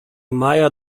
maya